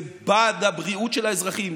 זה בעד הבריאות של האזרחים,